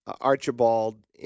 Archibald